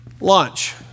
lunch